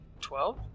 twelve